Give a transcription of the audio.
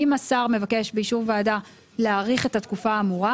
אם השר מבקש באישור ועדה להאריך את התקופה האמורה,